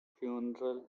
funeral